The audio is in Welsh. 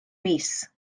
mis